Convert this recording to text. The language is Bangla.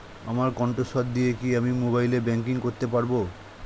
আমার কন্ঠস্বর দিয়ে কি আমি মোবাইলে ব্যাংকিং করতে পারবো?